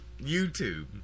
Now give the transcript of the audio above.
YouTube